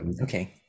Okay